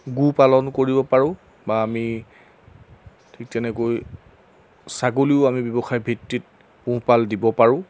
গোপালন কৰিব পাৰোঁ বা আমি ঠিক তেনেকৈ ছাগলীও আমি ব্যৱসায় ভিত্তিত পোহপাল দিব পাৰোঁ